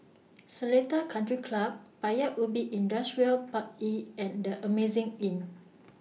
Seletar Country Club Paya Ubi Industrial Park E and The Amazing Inn